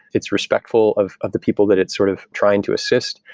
it's respectful of of the people that it's sort of trying to assist.